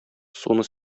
суны